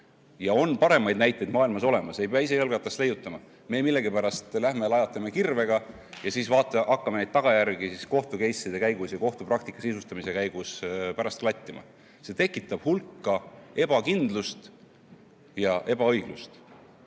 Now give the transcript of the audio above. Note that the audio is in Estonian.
On paremaid näiteid maailmas olemas, ei pea ise jalgratast leiutama. Me millegipärast läheme lajatame kirvega ja siis hakkame neid tagajärgi kohtu‑case'ide käigus ja kohtupraktika sisustamise käigus pärast klattima. See tekitab hulka ebakindlust ja ebaõiglust.